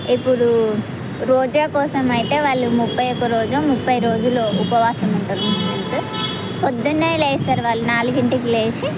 ఇప్పుడు రోజా కోసం అయితే వాళ్ళు ముప్పై ఒక్క రోజు ముప్పై రోజులు ఉపవాసం ఉంటారు ముస్లిమ్స్ పొద్దున్నే లేస్తారు వాళ్ళు నాలుగు ఇంటికి లేచి